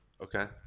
okay